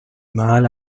mal